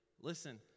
Listen